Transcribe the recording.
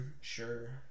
Sure